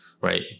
Right